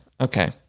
okay